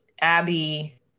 Abby